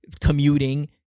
commuting